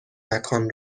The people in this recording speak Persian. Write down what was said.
مکان